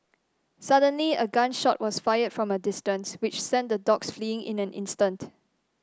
suddenly a gun shot was fired from a distance which sent the dogs fleeing in an instant